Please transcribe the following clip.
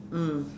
mm